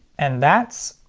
and that's,